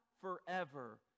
forever